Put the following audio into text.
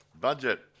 Budget